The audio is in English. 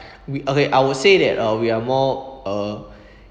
we okay I would say that we are more uh